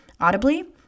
audibly